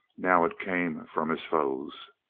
now it came from his foes.